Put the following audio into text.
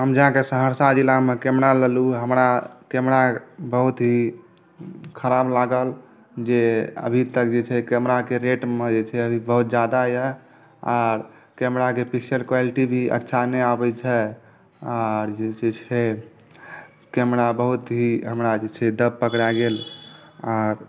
हम जायकऽ सहरसा ज़िलामे कैमरा लेलहुॅं हमरा कैमरा बहुत ही ख़राब लागल जे अभी तक जे छै कैमराके रेटमे जे छै भी बहुत जादा यऽ आओर कैमराक पिक्चर क्वालिटी भी अच्छा नहि आबै छै आर जे से छै कैमरा बहुत ही हमरा जे छै दब पकड़ा गेल आर